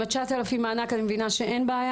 אני מבינה שעם המענק